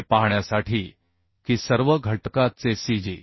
हे पाहण्यासाठी की सर्व घटका चे cg